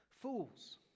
Fools